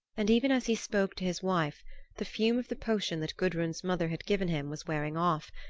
and even as he spoke to his wife the fume of the potion that gudrun's mother had given him was wearing off,